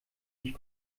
nicht